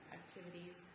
activities